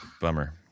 Bummer